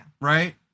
right